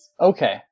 Okay